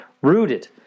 rooted